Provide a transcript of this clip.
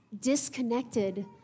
disconnected